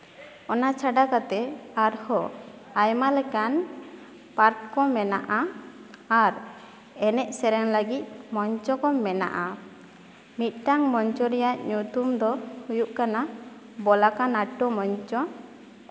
ᱚᱱᱟ ᱪᱷᱟᱰᱟ ᱠᱟᱛᱮ ᱟᱨᱦᱚᱸ ᱟᱭᱢᱟ ᱞᱮᱠᱟᱱ ᱯᱟᱨᱴ ᱠᱚ ᱢᱮᱱᱟᱜᱼᱟ ᱟᱨ ᱮᱱᱮᱡ ᱥᱮᱨᱮᱧ ᱞᱟᱹᱜᱤᱫ ᱢᱚᱧᱪᱚ ᱠᱚ ᱢᱮᱱᱟᱜᱼᱟ ᱢᱤᱫᱴᱟᱝ ᱢᱚᱧᱪᱚ ᱨᱮᱭᱟᱜ ᱧᱩᱛᱩᱢ ᱫᱚ ᱦᱩᱭᱩᱜ ᱠᱟᱱᱟ ᱵᱚᱞᱟᱠᱟ ᱱᱟᱴᱴᱚ ᱢᱚᱧᱪᱚ